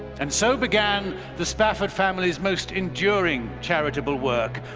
and so began the spafford family's most enduring charitable work,